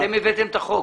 אתם הבאתם את החוק.